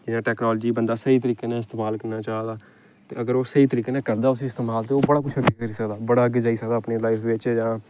जां टैकनाॅलाजी गी बंदा स्हेई तरीके कन्नै इस्तमाल करना चाह् दा ते अगर ओह् स्हेई तरीके कन्नै करदा उसी इस्तामाल ते ओह् बड़ा किश करी सकदा बड़ा अग्गें जाई सकदा अपनी लाइफ बिच्च जां